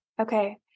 Okay